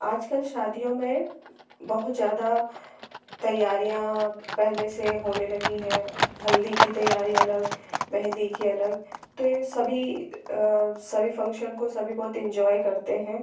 आज कल शादियों में बहुत ज़्यादा तैयारियाँ पहले से होने लगी हैं हल्दी की तैयारी अलग मेहंदी की अलग तो ये सभी सभी फ़ंक्शन को सभी बहुत एन्जॉय करते हैं